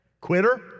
Quitter